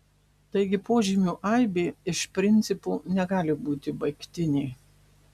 taigi požymių aibė iš principo negali būti baigtinė